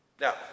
now